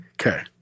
Okay